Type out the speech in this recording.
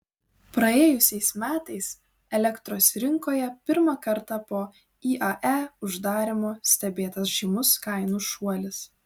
praėjusiais metais elektros rinkoje pirmą kartą po iae uždarymo stebėtas žymus kainų šuolis